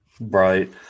Right